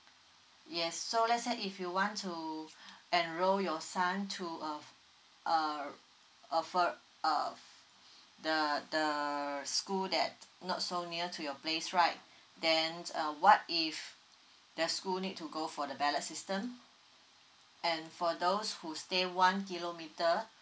yes so let's say if you want to enroll your son to a err uh for uh the the school that not so near to your place right then uh what if the school need to go for the ballot system and for those who stay one kilometer